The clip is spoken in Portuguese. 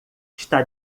está